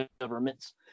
governments